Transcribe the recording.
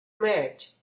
merge